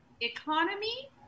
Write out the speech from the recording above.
economy